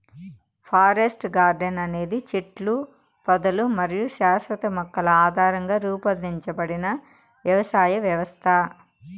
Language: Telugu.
ఫారెస్ట్ గార్డెన్ అనేది చెట్లు, పొదలు మరియు శాశ్వత మొక్కల ఆధారంగా రూపొందించబడిన వ్యవసాయ వ్యవస్థ